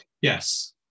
Yes